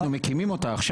אנחנו מקימים אותה עכשיו.